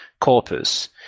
corpus